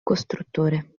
costruttore